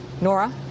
Nora